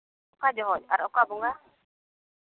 ᱚᱠᱟ ᱡᱚᱦᱚᱜ ᱟᱨ ᱚᱠᱟ ᱵᱚᱸᱜᱟ